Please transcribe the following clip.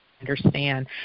understand